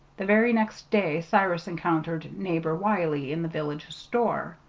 the very next day cyrus encountered neighbor wiley in the village store.